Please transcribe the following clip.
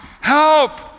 help